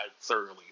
thoroughly